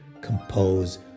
compose